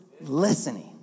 listening